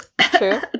true